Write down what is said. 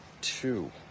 two